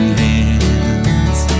hands